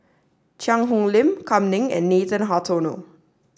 Cheang Hong Lim Kam Ning and Nathan Hartono